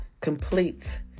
complete